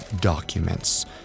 documents